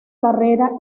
carrera